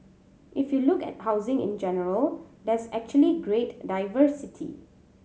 if you look at housing in general there's actually great diversity